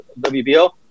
WBO